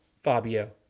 Fabio